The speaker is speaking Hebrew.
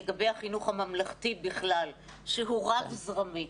לגבי החינוך הממלכתי בכלל שהוא רב זרמי.